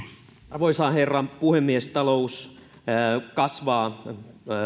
arvoisa herra puhemies talous kasvaa